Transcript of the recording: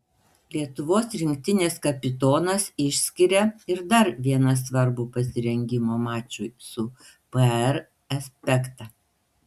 lietuvos rinktinės kapitonas išskiria ir dar vieną svarbų pasirengimo mačui su par aspektą